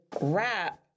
rap